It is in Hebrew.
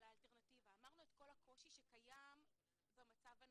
אמרנו את כל הקושי שקיים במצב הנוכחי.